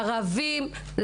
ערבים,